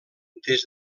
des